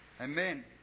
Amen